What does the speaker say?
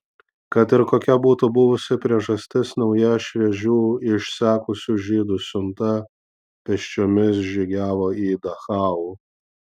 kad ir kokia būtų buvusi priežastis nauja šviežių išsekusių žydų siunta pėsčiomis žygiavo į dachau